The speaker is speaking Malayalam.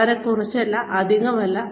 വളരെ കുറച്ചല്ല അധികമല്ല